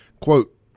Quote